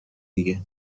دیگه